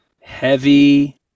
heavy